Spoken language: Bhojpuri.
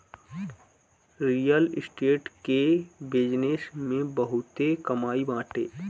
रियल स्टेट के बिजनेस में बहुते कमाई बाटे